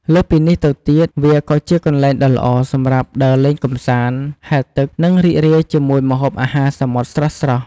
លើសពីនេះទៅទៀតវាក៏ ជាកន្លែងដ៏ល្អសម្រាប់ដើរលេងកម្សាន្ត ហែលទឹក និងរីករាយជាមួយម្ហូបអាហារសមុទ្រស្រស់ៗ។